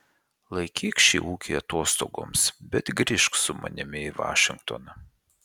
laikyk šį ūkį atostogoms bet grįžk su manimi į vašingtoną